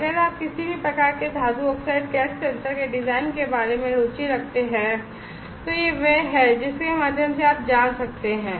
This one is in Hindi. अगर आप किसी भी प्रकार के धातु ऑक्साइड गैस सेंसर के डिजाइन के बारे में रुचि रखते हैं तो यह वह है जिसके माध्यम से आप जान सकते हैं